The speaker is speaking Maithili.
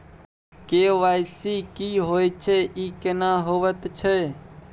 के.वाई.सी की होय छै, ई केना होयत छै?